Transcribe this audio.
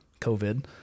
COVID